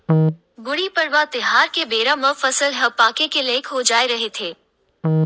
गुड़ी पड़वा तिहार के बेरा म फसल ह पाके के लइक हो जाए रहिथे